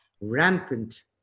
rampant